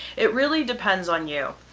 it really depends on you.